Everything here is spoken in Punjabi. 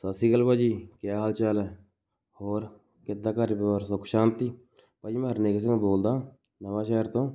ਸਤਿ ਸ਼੍ਰੀ ਅਕਾਲ ਭਾਅ ਜੀ ਕਿਆ ਹਾਲ ਚਾਲ ਹੈ ਹੋਰ ਕਿੱਦਾਂ ਘਰ ਪਰਿਵਾਰ ਸੁੱਖ ਸ਼ਾਂਤੀ ਭਾਅ ਜੀ ਮੈਂ ਹਰਨੇਕ ਸਿੰਘ ਬੋਲਦਾ ਨਵਾਂ ਸ਼ਹਿਰ ਤੋਂ